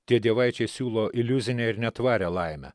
tie dievaičiai siūlo iliuzinę ir netvarią laimę